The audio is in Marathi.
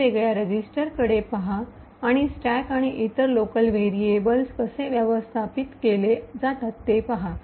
वेगवेगळ्या रेजीस्टरकडे पहा आणि स्टॅक आणि इतर लोकल वव्हेरीएबल कसे व्यवस्थापित केले जातात ते पहा